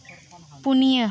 ᱯᱩᱱᱤᱭᱟᱹ